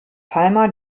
palma